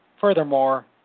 Furthermore